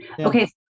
Okay